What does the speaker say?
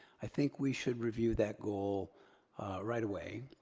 i think we should review that goal right away.